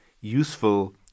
useful